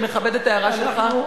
אני מכבד את ההערה שלך,